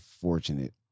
fortunate